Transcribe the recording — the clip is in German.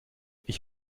ich